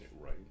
Right